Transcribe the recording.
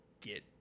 get